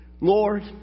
Lord